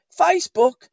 Facebook